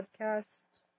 podcast